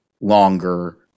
longer